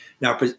Now